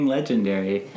Legendary